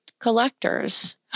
collectors